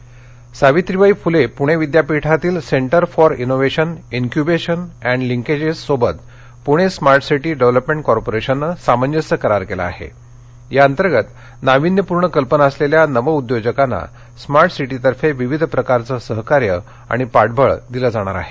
पणे विद्यापीठ पणे स्मार्ट सिटी सावित्रीबाई फुले पुणे विद्यापीठातील centre for innovation incubation and linkages सोबत पुणे स्मार्ट सिटी डेव्हलपमेंट कॉर्पोरेशनने सामंजस्य करार केला असून या अंतर्गत नाविन्यपूर्ण कल्पना असलेल्या नवउद्योजकांना स्मार्ट सिटीतर्फे विविध प्रकारचे सहकार्य आणि पाठवळ दिलं जाणार आहे